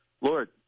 Lord